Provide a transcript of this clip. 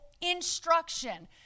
instruction